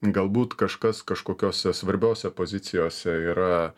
galbūt kažkas kažkokiose svarbiose pozicijose yra